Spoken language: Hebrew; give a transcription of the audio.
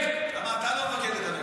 למה אתה לא מבקר את הנגד?